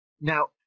Now